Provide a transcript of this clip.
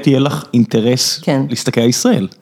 תהיה לך אינטרס להסתכל על ישראל.